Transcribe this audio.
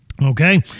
Okay